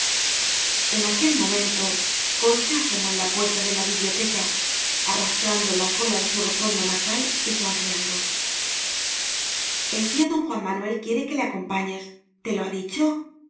en aquel momento concha asomó en la puerta de la biblioteca arrastrando la cola de su ropón monacal y sonriendo el tío don juan manuel quiere que le acompañes te lo ha dicho